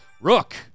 Rook